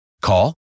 Call